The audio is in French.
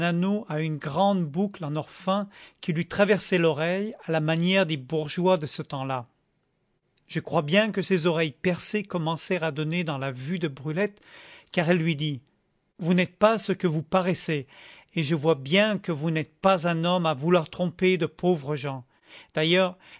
à une grande boucle en or fin qui lui traversait l'oreille à la manière des bourgeois de ce temps-là je crois bien que ces oreilles percées commencèrent à donner dans la vue de brulette car elle lui dit vous n'êtes pas ce que vous paraissez et je vois bien que vous n'êtes pas un homme à vouloir tromper de pauvres gens d'ailleurs